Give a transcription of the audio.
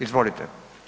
Izvolite.